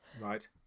Right